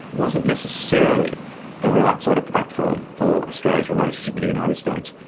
wasn't necessarily the right sort of platform for australia's relationship with the united states.